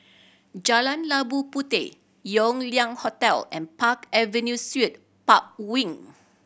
Jalan Labu Puteh Yew Lian Hotel and Park Avenue Suite Park Wing